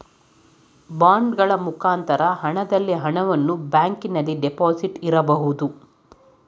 ಬಾಂಡಗಳ ಮುಖಾಂತರ ಹಣದಲ್ಲಿ ಹಣವನ್ನು ಬ್ಯಾಂಕಿನಲ್ಲಿ ಡೆಪಾಸಿಟ್ ಇರಬಹುದು